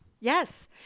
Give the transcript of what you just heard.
Yes